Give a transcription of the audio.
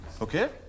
Okay